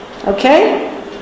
Okay